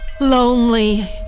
Lonely